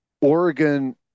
Oregon